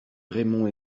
raymond